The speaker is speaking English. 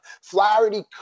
Flaherty